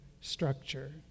structure